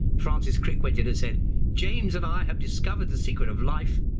francis crick went in and said james and i have discovered the secret of life,